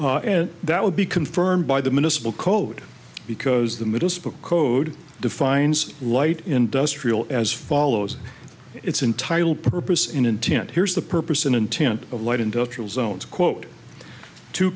that would be confirmed by the missile code because the middle code defines light industrial as follows it's entitle purpose in intent here's the purpose and intent of light industrial zones quote to